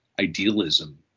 idealism